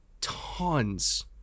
tons